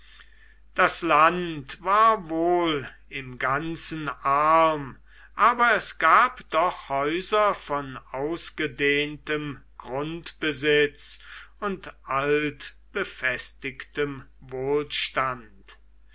das land war wohl im ganzen arm aber es gab doch häuser von ausgedehntem grundbesitz und altbefestigtem wohlstand